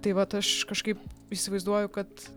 tai vat aš kažkaip įsivaizduoju kad